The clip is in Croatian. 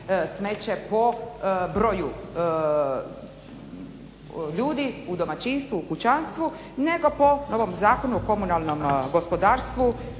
smeće po broju ljudi u domaćinstvu, u kućanstvu nego po novom Zakonu o komunalnom gospodarstvu